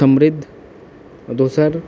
समृद्ध आओर दोसर